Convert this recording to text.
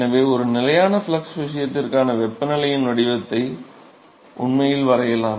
எனவே ஒரு நிலையான ஃப்ளக்ஸ் விஷயத்திற்கான வெப்பநிலையின் வடிவத்தை உண்மையில் வரையலாம்